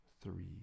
three